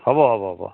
হ'ব হ'ব হ'ব